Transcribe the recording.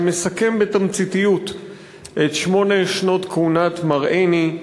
שמסכם בתמציתיות את שמונה שנות כהונת מר עיני.